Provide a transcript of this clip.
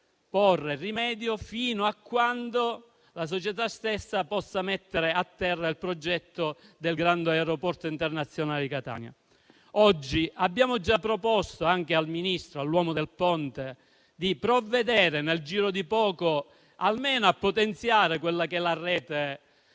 rimedio fino a quando la società stessa possa mettere a terra il progetto del grande aeroporto internazionale di Catania. Abbiamo già proposto anche al Ministro, all'uomo del Ponte, di provvedere nel giro di poco tempo, almeno a potenziare la rete